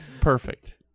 Perfect